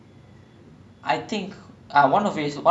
ya it's true it's true err like I think past